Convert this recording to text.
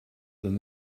than